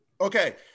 Okay